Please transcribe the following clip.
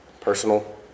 personal